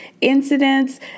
incidents